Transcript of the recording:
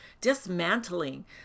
dismantling